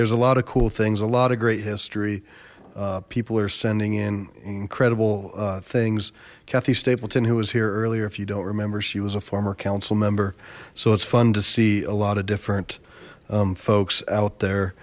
there's a lot of cool things a lot of great history people are sending in incredible things kathy stapleton who was here earlier if you don't remember she was a former council member so it's fun to see a lot of different folks out there